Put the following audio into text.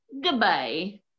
Goodbye